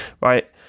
right